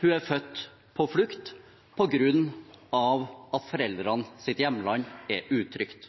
hun er født på flukt fordi foreldrenes hjemland er utrygt.